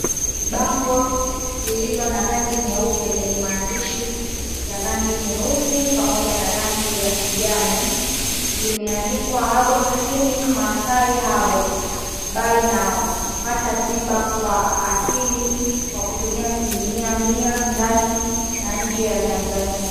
Bango lililo la rangi nyeupe lenye maandishi ya rangi nyeusi pamoja na rangi ya kijani limeandikwa Herbal Clinic Maasai Herbal Buy Now pata tiba kwa asili kwa kutumia asilimia mia ndani na nje ya Tanzania.